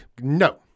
No